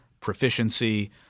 proficiency